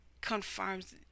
confirms